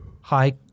Hi